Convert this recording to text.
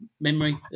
memory